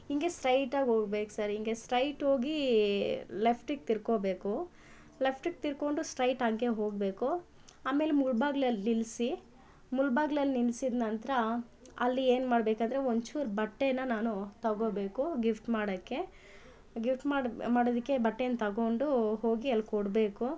ಹಿಂಗೆ ಸ್ಟ್ರೈಟಾಗಿ ಹೋಗ್ಬೇಕ್ ಸರ್ ಹಿಂಗೆ ಸ್ಟ್ರೈಟ್ ಹೋಗಿ ಲೆಫ್ಟಿಗೆ ತಿರ್ಕೊಬೇಕು ಲೆಫ್ಟ್ಗೆ ತಿರ್ಕೊಂಡು ಸ್ಟ್ರೈಟ್ ಹಂಗೆ ಹೋಗಬೇಕು ಆಮೇಲೆ ಮುಳಬಾಗ್ಲಲ್ ನಿಲ್ಲಿಸಿ ಮುಳಬಾಗ್ಲಲ್ ನಿಲ್ಸಿದ ನಂತರ ಅಲ್ಲಿ ಏನು ಮಾಡಬೇಕಾದ್ರೆ ಒಂಚೂರು ಬಟ್ಟೆ ನಾನು ತಗೋಬೇಕು ಗಿಫ್ಟ್ ಮಾಡೋಕ್ಕೆ ಗಿಫ್ಟ್ ಮಾಡೋದಿಕ್ಕೆ ಬಟ್ಟೆಯನ್ನು ತಗೊಂಡು ಹೋಗಿ ಅಲ್ಲಿ ಕೊಡಬೇಕು